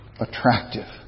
attractive